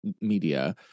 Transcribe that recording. media